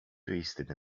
twisted